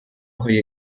های